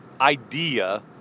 idea